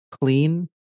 clean